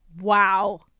wow